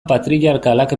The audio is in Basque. patriarkalak